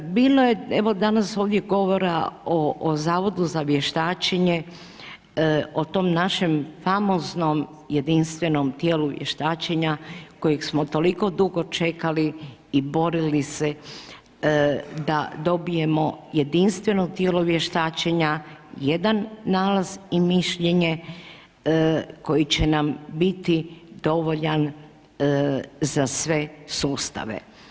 Bilo je evo danas ovdje govora o Zavodu za vještačenje, o tom našem famoznom jedinstvenom tijelu vještačenja kojeg smo toliko dugo čekali i borili se da dobijemo jedinstveno tijelo vještačenja, jedan nalaz i mišljenje koji će nam biti dovoljan za sve sustave.